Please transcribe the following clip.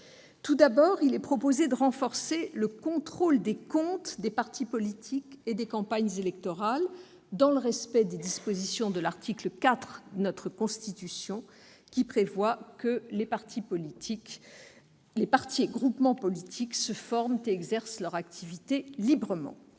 tout d'abord, de renforcer le contrôle des comptes des partis politiques et des campagnes électorales, dans le respect des dispositions de l'article 4 de la Constitution, selon lequel « les partis et groupements politiques [...] se forment et exercent leur activité librement.